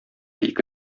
ике